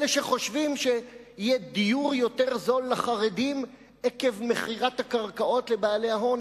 אלה שחושבים שיהיה דיור יותר זול לחרדים עקב מכירת הקרקעות לבעלי ההון,